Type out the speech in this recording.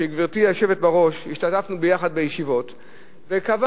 גברתי היושבת בראש, השתתפנו ביחד בישיבות וקבענו,